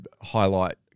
highlight